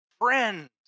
friends